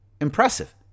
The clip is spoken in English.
impressive